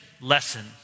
lesson